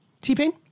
T-Pain